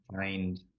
find